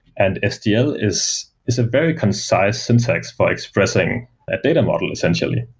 and sdl is is a very concise syntax for expressing that data model essentially.